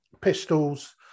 Pistols